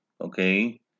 Okay